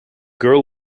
girl